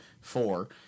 four